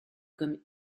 comme